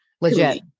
legit